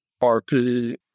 RP